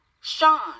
Sean